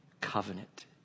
covenant